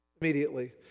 immediately